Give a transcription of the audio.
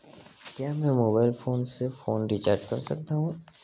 क्या मैं mobile phone से फोन रिचार्ज कर सकता हूं?